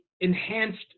enhanced